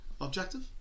objective